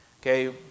okay